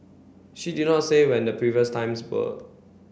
she did not say when the previous times were